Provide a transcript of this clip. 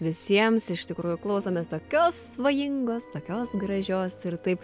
visiems iš tikrųjų klausomės tokios svajingos tokios gražios ir taip